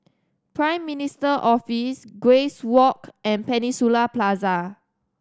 Prime Minister Office Grace Walk and Peninsula Plaza